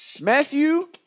Matthew